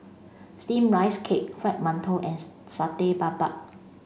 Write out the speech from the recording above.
steamed rice cake fried mantou and Satay Babat